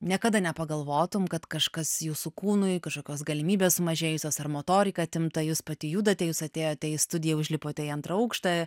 niekada nepagalvotum kad kažkas jūsų kūnui kažkokios galimybės sumažėjusios ar motorika atimta jūs pati judate jūs atėjote į studiją užlipote į antrą aukštą